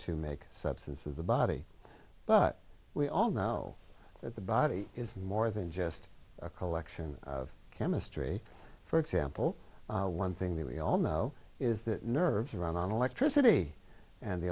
to make substance of the body but we all know that the body is more than just a collection of chemistry for example one thing that we all know is that nerves around on electricity and the